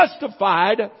justified